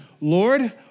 Lord